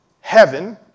heaven